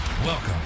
Welcome